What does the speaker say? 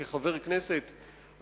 כחבר הכנסת,